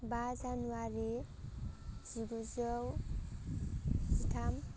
बा जानुवारि जिगुजौ जिथाम